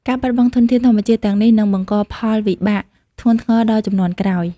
ការបាត់បង់ធនធានធម្មជាតិទាំងនេះនឹងបង្កផលវិបាកធ្ងន់ធ្ងរដល់ជំនាន់ក្រោយ។